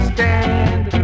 Stand